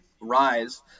rise